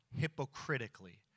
hypocritically